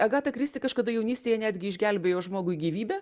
agata kristi kažkada jaunystėje netgi išgelbėjo žmogui gyvybę